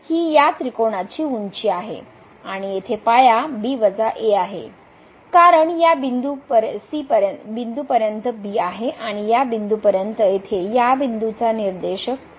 तर ही या त्रिकोणाची उंची आहे आणि येथे पाया b a आहे कारण या बिंदू पर्यंत बी आहे आणि या बिंदूपर्यंत येथे या बिंदूचा निर्देशक आहे